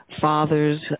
fathers